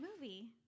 movie